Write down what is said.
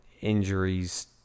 injuries